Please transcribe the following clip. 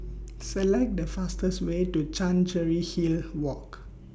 Select The fastest Way to Chancery Hill Walk